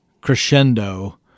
crescendo